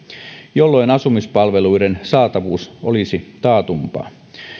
jolloin asumispalveluiden saatavuus olisi taatumpaa